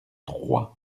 troyes